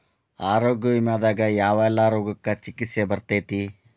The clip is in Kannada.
ಆರೋಗ್ಯ ವಿಮೆದಾಗ ಯಾವೆಲ್ಲ ರೋಗಕ್ಕ ಚಿಕಿತ್ಸಿ ಬರ್ತೈತ್ರಿ?